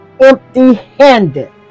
empty-handed